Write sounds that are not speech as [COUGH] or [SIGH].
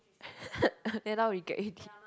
[LAUGHS] then now regret already